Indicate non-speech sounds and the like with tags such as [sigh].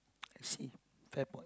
[noise] I see fair point